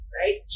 right